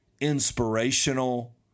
inspirational